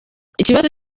ikibazo